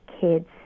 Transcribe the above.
kids